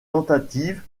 tentatives